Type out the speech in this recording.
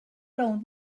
rownd